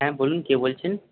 হ্যাঁ বলুন কে বলছেন